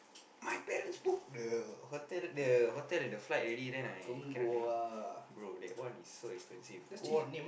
my parents book the hotel the hotel and the flight already then I cannot then bro that one is so expensive go